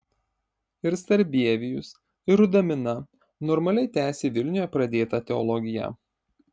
ir sarbievijus ir rudamina normaliai tęsė vilniuje pradėtą teologiją